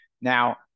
Now